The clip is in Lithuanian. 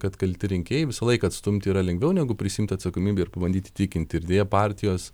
kad kalti rinkėjai visąlaik atstumti yra lengviau negu prisiimt atsakomybę ir pabandyt įtikinti ir deja partijos